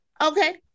Okay